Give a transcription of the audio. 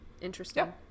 interesting